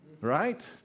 Right